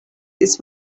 this